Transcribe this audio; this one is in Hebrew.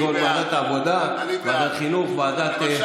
כגון ועדת העבודה, ועדת חינוך, ועדת, אני בעד.